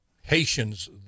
Haitians